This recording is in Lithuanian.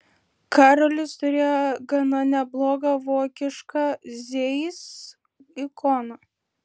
karolis turėjo gana neblogą vokišką zeiss ikoną